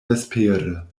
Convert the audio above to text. vespere